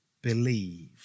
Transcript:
Believe